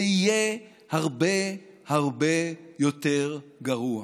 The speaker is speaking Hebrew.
זה יהיה הרבה הרבה יותר גרוע.